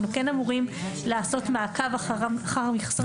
אנחנו כן אמורים לעשות מעקב אחרי המכסות,